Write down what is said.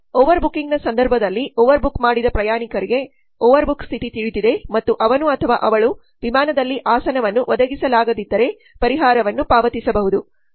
ಓವರ್ಬುಕಿಂಗ್ನ ಸಂದರ್ಭದಲ್ಲಿ ಓವರ್ಬುಕ್ ಮಾಡಿದ ಪ್ರಯಾಣಿಕರಿಗೆ ಓವರ್ಬುಕ್ ಸ್ಥಿತಿ ತಿಳಿದಿದೆ ಮತ್ತು ಅವನು ಅಥವಾ ಅವಳು ವಿಮಾನದಲ್ಲಿ ಆಸನವನ್ನು ಒದಗಿಸಲಾಗದಿದ್ದರೆ ಪರಿಹಾರವನ್ನು ಪಾವತಿಸಬಹುದು